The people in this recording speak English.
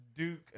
Duke